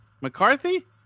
McCarthy